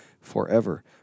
forever